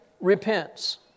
repents